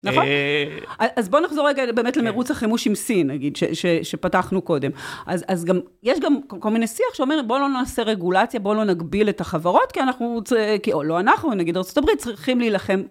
נכון? אז בואו נחזור רגע באמת למרוץ החימוש עם סין, נגיד, שפתחנו קודם. אז גם, יש גם כל מיני שיח שאומרים, בואו לא נעשה רגולציה, בואו לא נגביל את החברות, כי אנחנו רוצים, או לא אנחנו, נגיד, ארה״ב צריכים להילחם.